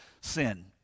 sin